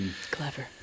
Clever